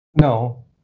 No